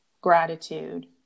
gratitude